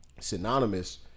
synonymous